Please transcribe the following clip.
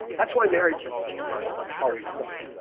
that's why marriages always suck